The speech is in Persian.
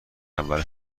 اول